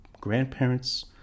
grandparents